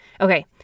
Okay